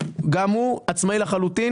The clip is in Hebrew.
גם הוא עצמאי לחלוטין.